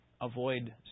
avoid